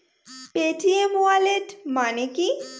Paytm wallet মানে কি?